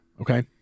Okay